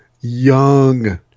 young